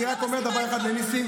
אני רק אומר דבר אחד לניסים.